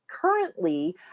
currently